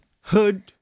hood